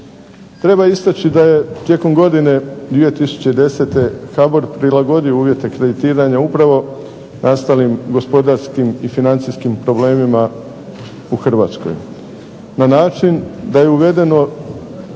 Treba istaći da je tijekom godine 2010. HBOR prilagodio uvjete kreditiranja upravo nastalim gospodarskim i financijskim problemima u Hrvatskoj